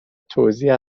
توزیع